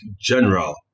general